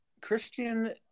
Christian